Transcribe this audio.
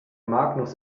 magnus